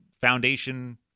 foundation